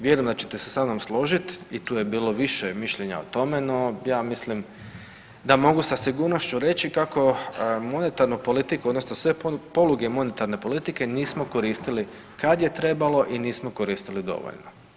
Vjerujem da ćete se sa mnom složiti i tu je bilo više mišljenja o tome, no ja mislim da mogu sa sigurnošću reći kako monetarnu politiku, odnosno sve poluge monetarne politike nismo koristili kad je trebalo i nismo koristili dovoljno.